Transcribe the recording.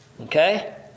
Okay